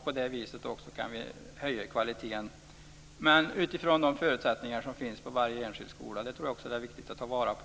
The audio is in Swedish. På det viset kan vi också höja kvaliteten utifrån de förutsättningar som finns på varje enskild skola. Det tror jag också är viktigt att ta vara på.